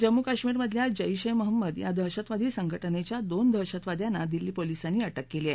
जम्मू कश्मीरमधल्या जैशे महंमद या दहशतवादी संघटनेच्या दोन दहशतवादयांना दिल्ली पोलीसांनी अटक केली आहे